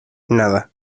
nada